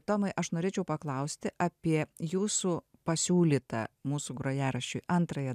tomai aš norėčiau paklausti apie jūsų pasiūlytą mūsų grojaraščiui antrąją